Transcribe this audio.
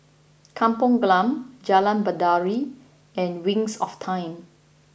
Kampung Glam Jalan Baiduri and Wings of Time